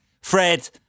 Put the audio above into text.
Fred